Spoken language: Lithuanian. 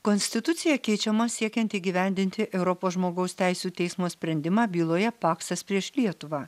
konstitucija keičiama siekiant įgyvendinti europos žmogaus teisių teismo sprendimą byloje paksas prieš lietuvą